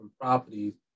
properties